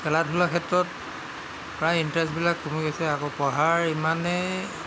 খেলা ধূলাৰ ক্ষেত্ৰত প্ৰায় ইণ্টাৰেষ্টবিলাক কমি গৈছে আকৌ পঢ়াৰ ইমানেই